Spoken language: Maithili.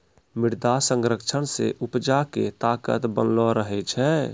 मृदा संरक्षण से उपजा के ताकत बनलो रहै छै